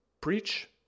preach